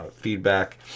feedback